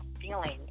feeling